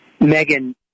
Megan